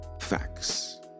Facts